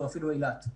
ואפילו אילת.